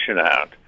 out